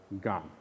gone